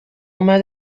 mad